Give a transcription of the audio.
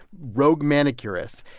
rogue manicurist.